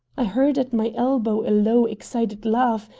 i heard at my elbow a low, excited laugh,